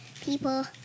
people